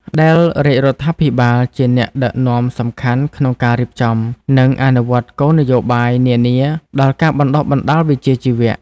ដែលរាជរដ្ឋាភិបាលជាអ្នកដឹកនាំសំខាន់ក្នុងការរៀបចំ និងអនុវត្តគោលនយោបាយនានាដល់ការបណ្តុះបណ្តាលវិជ្ជាជីវៈ។